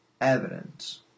evidence